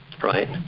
right